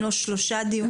אם לא בשלושה דיונים.